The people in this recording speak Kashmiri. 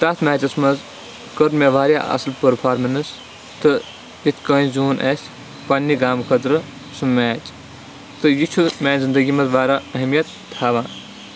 تَتھ میچَس منٛز کوٚر مےٚ واریاہ اَصٕل پٔرفارمٮ۪نس تہٕ یِتھ کٔنۍ زیوٗن اَسہِ پںٛنہِ گامہٕ خٲطرٕ سُہ میچ تہٕ یہِ چھُ میٛانہِ زندگی منٛز واریاہ اہمیت تھاوان